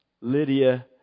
Lydia